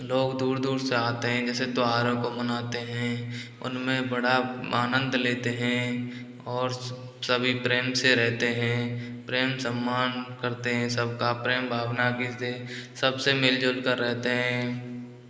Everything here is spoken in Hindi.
लोग दूर दूर से आते हैं जैसे त्यौहारों को मनाते हैं उनमें बड़ा आनंद लेते हैं और सभी प्रेम से रहते हैं प्रेम सम्मान करते हैं सबका प्रेम भावना की से सबसे मिल जुल कर रहते हैं